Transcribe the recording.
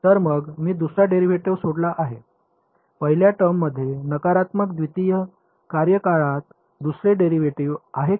तर मग मी दुसरा डेरीवेटीव्हस सोडला आहे पहिल्या टर्ममध्ये नकारात्मक द्वितीय कार्यकाळात दुसरे डेरीवेटीव्हस आहे का